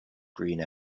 green